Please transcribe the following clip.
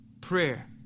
prayer